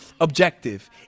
objective